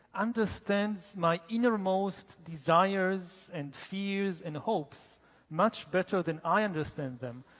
understands my innermost desires and fears and hopes much better than i understand them,